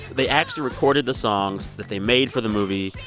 they actually recorded the songs that they made for the movie.